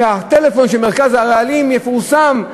שמספר הטלפון של מרכז הרעלים יפורסם,